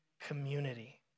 community